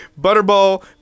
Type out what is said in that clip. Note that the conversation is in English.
Butterball